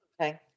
Okay